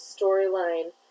storyline